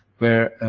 where